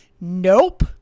nope